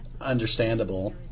understandable